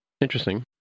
Interesting